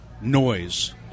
noise